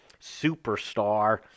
superstar